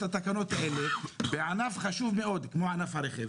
התקנות האלה בענף חשוב מאוד כמו ענף הרכב.